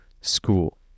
School